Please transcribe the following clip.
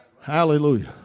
Hallelujah